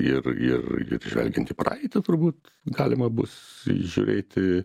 ir ir žvelgiant į praeitį turbūt galima bus žiūrėti